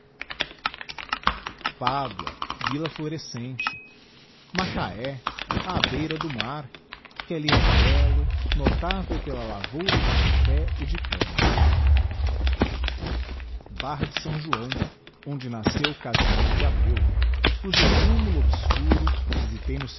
pádua villa florescente macahé á beira do mar que ahi é bello notável pela lavoura de café e de canna barra de s joão onde nasceu casimiro de abreu cujo tumulo obscuro visitei no